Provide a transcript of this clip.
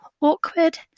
awkward